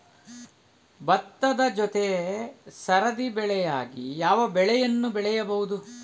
ಭತ್ತದ ಜೊತೆ ಸರದಿ ಬೆಳೆಯಾಗಿ ಯಾವ ಬೆಳೆಯನ್ನು ಬೆಳೆಯಬಹುದು?